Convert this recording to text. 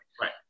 right